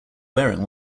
wearing